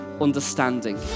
understanding